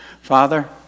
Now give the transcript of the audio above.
Father